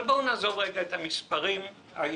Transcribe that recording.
אבל בואו נעזוב לרגע את המספרים היבשים.